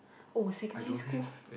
oh secondary school